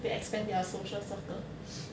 they expand their social circle